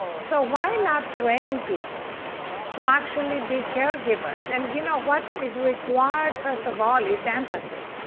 so why not train people to actually be caregivers? and you know what is required, first of all, is empathy.